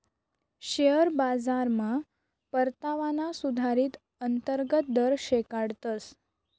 share बाजारमा परतावाना सुधारीत अंतर्गत दर शिकाडतस